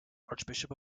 archbishop